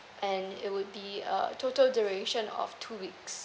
and it would be a total duration of two weeks